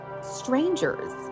strangers